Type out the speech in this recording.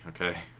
okay